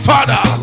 Father